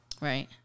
Right